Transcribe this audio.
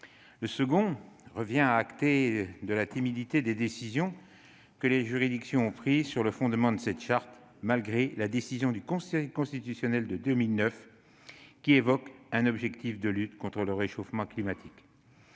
Le second revient à acter la timidité des décisions que les juridictions ont prises sur le fondement de la Charte, malgré la décision du Conseil constitutionnel de 2009 qui évoque un « objectif de lutte contre le réchauffement climatique